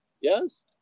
Yes